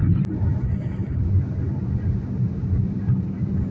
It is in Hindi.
तत्काल स्वीकृति क्रेडिट कार्डस क्या हैं?